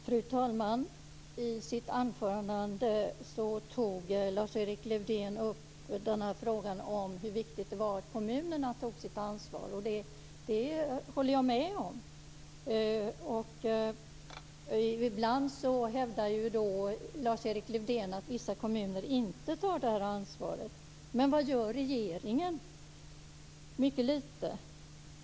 Fru talman! I sitt anförande tog Lars-Erik Lövdén upp frågan om hur viktigt det var att kommunerna tog sitt ansvar. Det håller jag med om. Ibland hävdar Lars-Erik Lövdén att vissa kommuner inte tar det ansvaret. Men vad gör regeringen? Mycket lite.